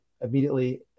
immediately